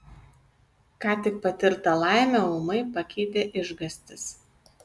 ką tik patirtą laimę ūmai pakeitė išgąstis